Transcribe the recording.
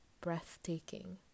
breathtaking